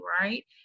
right